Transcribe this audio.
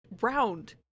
round